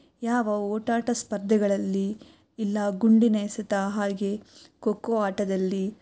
ಯಾವ ಓಟಾಟ ಸ್ಪರ್ಧೆಗಳಲ್ಲಿ ಇಲ್ಲ ಗುಂಡಿನ ಎಸೆತ ಹಾಗೇ ಖೋ ಖೋ ಆಟದಲ್ಲಿ